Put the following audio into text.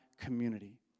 community